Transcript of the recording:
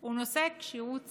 הוא נושא כשירות שרים.